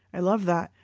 i love that.